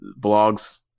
Blogs